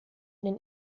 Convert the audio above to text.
den